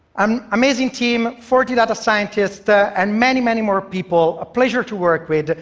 um amazing team, forty data scientists and many, many more people, a pleasure to work with.